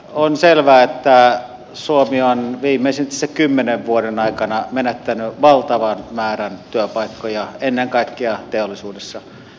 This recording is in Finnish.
on selvää että suomi on tässä viimeisen kymmenen vuoden aikana menettänyt valtavan määrän työpaikkoja ennen kaikkea teollisuudessa